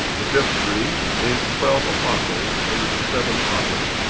the fifth degree named twelve apostles under the seven prophets,